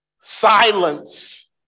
silence